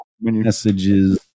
messages